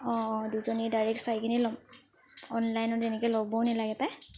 অঁ অঁ দুজনী ডাইৰেক্ট চাই কিনি ল'ম অনলাইনত এনেকৈ ল'বও নালাগে পায়